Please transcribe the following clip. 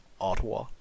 Ottawa